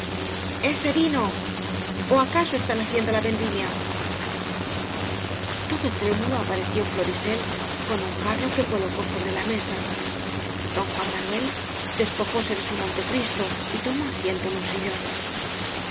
ese vino o acaso están haciendo la vendimia todo trémulo apareció florisel con un ja rro que colocó sobre la mesa don juan ma nuel despojóse de su montecristo y tomó asiento en un sillón